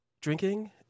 drinking